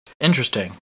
Interesting